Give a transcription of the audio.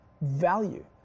value